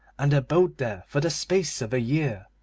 and abode there for the space of a year.